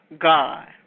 God